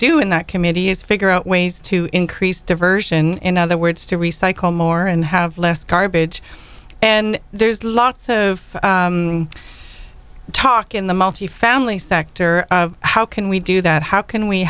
do in that community is figure out ways to increase diversion in other words to recycle more and have less garbage and there's lots of talk in the multifamily sector how can we do that how can we